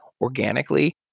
organically